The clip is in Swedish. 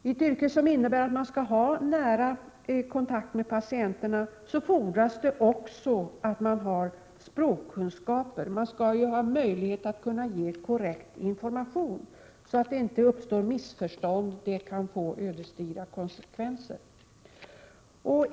I ett yrke som innebär att man skall ha nära kontakt med patienterna fordras det också att man har språkkunskaper — man skall ju ha möjlighet att kunna ge korrekt information, så att det inte uppstår missförstånd som kan få ödesdigra konsekvenser.